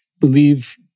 believe